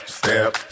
step